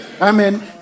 Amen